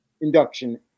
induction